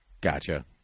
Gotcha